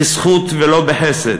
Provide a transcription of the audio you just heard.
בזכות ולא בחסד.